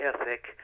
ethic